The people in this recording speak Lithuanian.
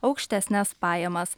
aukštesnes pajamas